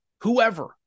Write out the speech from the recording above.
whoever